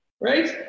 right